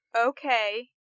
okay